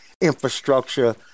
infrastructure